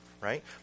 right